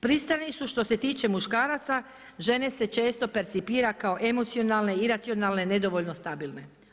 Pristrani su što se tiče muškaraca, žene se često percipira kao emocionalne, iracionalne, nedovoljno stabilne.